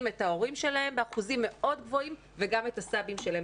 את ההורים שלהם באחוזים מאוד גבוהים וגם את הסבים שלהם.